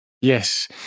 yes